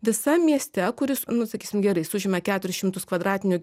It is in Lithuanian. visam mieste kuris nu sakysim gerai jis užima keturis šimtus kvadratinių